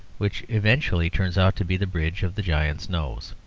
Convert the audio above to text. which eventually turns out to be the bridge of the giant's nose.